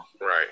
Right